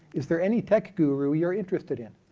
is there any tech guru you're interested in?